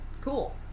cool